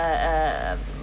err